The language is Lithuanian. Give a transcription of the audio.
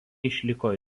išliko